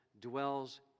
dwells